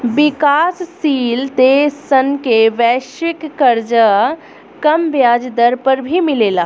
विकाशसील देश सन के वैश्विक कर्जा कम ब्याज दर पर भी मिलेला